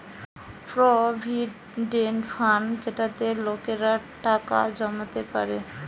provident fund যেটাতে লোকেরা টাকা জমাতে পারে